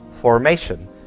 formation